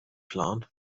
planen